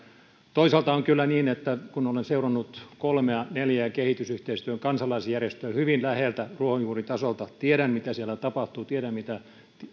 toisaalta on kyllä niin kun olen seurannut kolmea neljää kehitysyhteistyön kansalaisjärjestöä hyvin läheltä ruohonjuuritasolta tiedän mitä siellä tapahtuu ja tiedän mitä